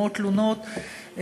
מאות תלונות,